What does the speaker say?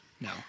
No